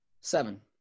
Seven